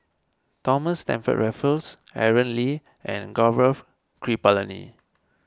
Thomas Stamford Raffles Aaron Lee and Gaurav Kripalani